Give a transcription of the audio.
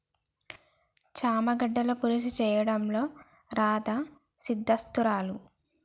చామ గడ్డల పులుసు చేయడంలో రాధా సిద్దహస్తురాలు